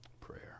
prayer